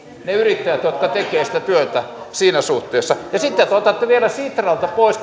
ne yrittäjät jotka tekevät sitä työtä siinä suhteessa ja sitten te te otatte vielä kolmesataaviisikymmentä miljoonaa pois